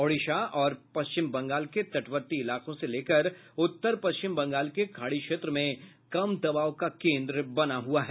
ओडिशा और पश्चिम बंगाल के तटवर्ती इलाकों से लेकर उत्तर पश्चिम बंगाल के खाड़ी क्षेत्र में कम दबाव का केन्द बना हुआ है